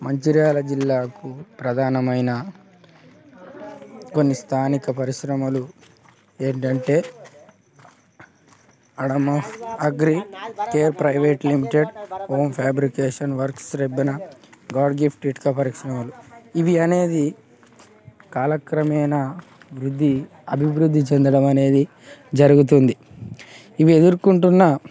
మంచిర్యాల ప్రధానమైన కొన్ని స్థానిక పరిశ్రమలు ఏంటంటే Adam of agri care private limited Om fabrication works Rebbena god gift ఇటుక పరిశ్రమలు ఇవి అనేది కాలక్రమేణా వృద్ధి అభివృద్ధి చెందడం అనేది జరుగుతుంది ఇవి ఎదురుకొంటున్న